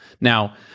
Now